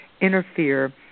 interfere